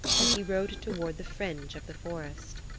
as he rode toward the fringe of the forest.